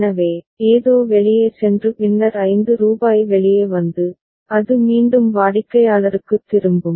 எனவே ஏதோ வெளியே சென்று பின்னர் 5 ரூபாய் வெளியே வந்து அது மீண்டும் வாடிக்கையாளருக்குத் திரும்பும்